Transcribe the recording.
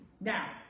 Now